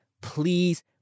please